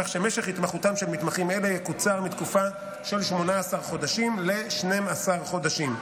כך שמשך התמחותם של מתמחים אלה יקוצר מתקופה של 18 חודשים ל-12 חודשים.